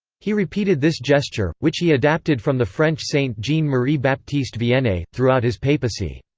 he repeated this gesture, which he adapted from the french saint jean marie baptiste vianney, throughout his papacy.